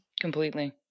completely